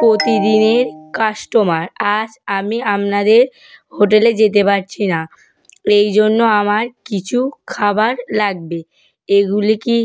প্রতিদিনের কাস্টমার আজ আমি আপনাদের হোটেলে যেতে পারছি না এই জন্য আমার কিছু খাবার লাগবে এগুলি কি